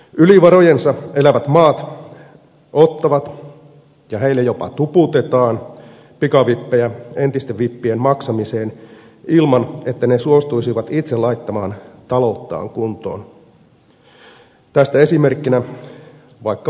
yli varojensa elävät maat ottavat ja heille jopa tuputetaan pikavippejä entisten vippien maksamiseen ilman että ne suostuisivat itse laittamaan talouttaan kuntoon tästä esimerkkinä vaikkapa kreikka